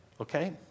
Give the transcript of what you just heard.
okay